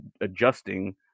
adjusting